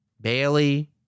Bailey